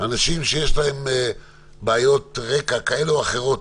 מה לגבי אנשים שיש להם בעיות רקע כאלה ואחרות,